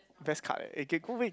best card leh eh can go away